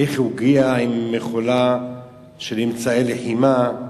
איך הגיעה מכולה של אמצעי לחימה,